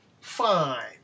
Fine